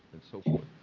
and so forth.